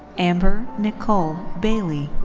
amber nicole bailey.